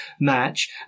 match